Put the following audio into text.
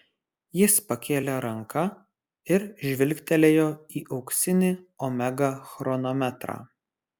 jis pakėlė ranką ir žvilgtelėjo į auksinį omega chronometrą